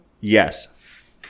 Yes